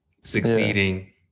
succeeding